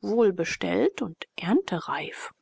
wohl bestellt und erntereif